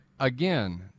Again